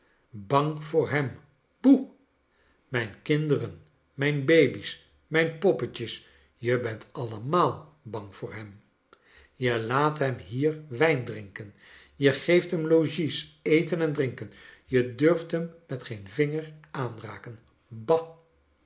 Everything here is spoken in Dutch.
bang voor hem boel mijn kinderen mijn babies mijn poppetjes je bent allemaal bang voor hem je laat hem hier wijn drinken je geeft hem logies eten en drinken je durft hem met geen vinger aanraken bat